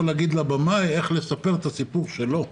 להגיד לבמאי איך לספר את הסיפור שלו.